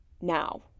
now